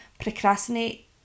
procrastinate